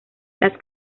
las